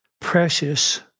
precious